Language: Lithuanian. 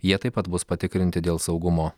jie taip pat bus patikrinti dėl saugumo